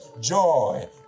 joy